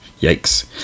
yikes